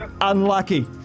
Unlucky